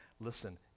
Listen